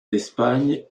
d’espagne